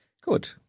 Good